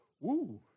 Woo